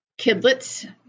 kidlets